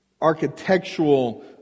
architectural